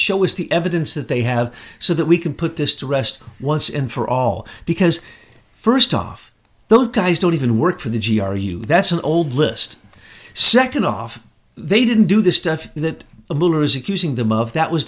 show is the evidence that they have so that we can put this to rest once and for all because first off those guys don't even work for the g r u that's an old list second off they didn't do the stuff that